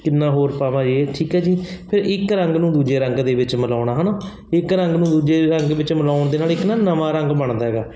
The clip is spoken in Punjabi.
ਕਿੰਨਾ ਹੋਰ ਪਾਵਾਂ ਇਹ ਠੀਕ ਹੈ ਜੀ ਫਿਰ ਇੱਕ ਰੰਗ ਨੂੰ ਦੂਜੇ ਰੰਗ ਦੇ ਵਿੱਚ ਮਿਲਾਉਣਾ ਹੈ ਨਾ ਇੱਕ ਰੰਗ ਨੂੰ ਦੂਜੇ ਰੰਗ ਵਿੱਚ ਮਿਲਾਉਣ ਦੇ ਨਾਲ ਇੱਕ ਨਾ ਨਵਾਂ ਰੰਗ ਬਣਦਾ ਹੈਗਾ